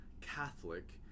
Catholic